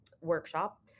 workshop